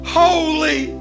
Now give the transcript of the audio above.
holy